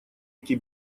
эти